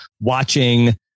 watching